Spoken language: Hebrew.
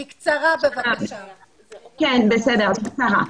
בסדר, בקצרה.